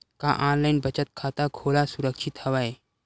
का ऑनलाइन बचत खाता खोला सुरक्षित हवय?